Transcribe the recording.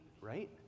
right